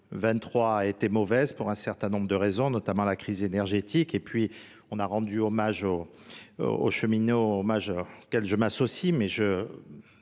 23 a été mauvaise pour un certain nombre de raisons, notamment la crise énergétique. Et puis, on a rendu hommage aux cheminots auxquels je m'associe.